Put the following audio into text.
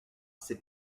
c’est